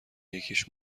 یکیش